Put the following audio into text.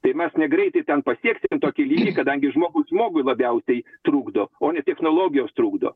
tai mes negreitai ten pasieksim tokį lygį kadangi žmogus žmogui labiausiai trukdo o ne technologijos trukdo